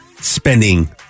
spending